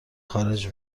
خارج